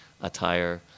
attire